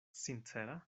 sincera